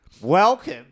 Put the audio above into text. Welcome